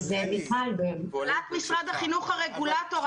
אבל רחלי- - אבל רק משרד החינוך הוא הרגולטור.